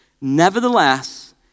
Nevertheless